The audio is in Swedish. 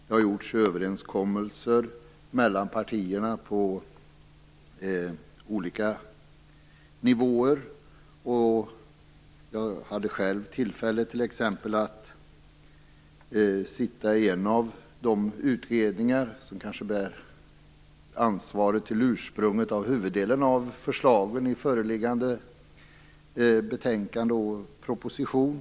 Det har träffats överenskommelser mellan partierna på olika nivåer. Jag hade t.ex. själv tillfälle att sitta i en av de utredningar som kanske bär ansvaret för ursprunget till huvuddelen av förslagen i föreliggande betänkande och proposition.